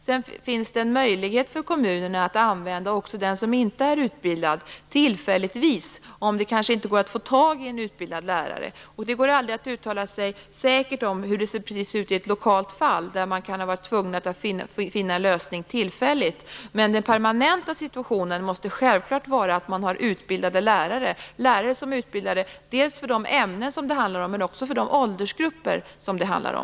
Det finns en möjlighet för kommunerna att tillfälligtvis använda också den som inte är utbildad om det kanske inte går att få tag i en utbildad lärare. Det går aldrig att uttala sig säkert om hur det ser ut i ett lokalt fall, där man kan ha varit tvungen att tillfälligt finna en lösning. Men den permanenta situationen måste självklart vara att man har utbildade lärare. De skall vara utbildade dels för de ämnen det handlar om, dels för de åldersgrupper som är aktuella.